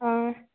आं